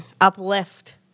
uplift